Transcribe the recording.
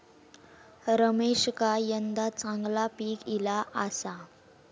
रमेशका यंदा चांगला पीक ईला आसा